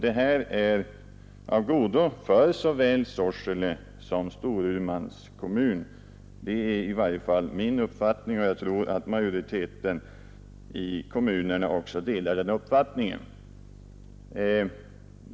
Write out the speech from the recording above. Detta är av godo för såväl Sorsele som Storumans kommuner. Det är i varje fall min uppfattning, och jag tror att majoriteten i kommunerna också delar den uppfattningen.